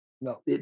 No